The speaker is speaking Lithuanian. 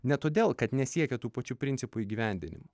ne todėl kad nesiekia tų pačių principų įgyvendinimo